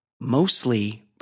mostly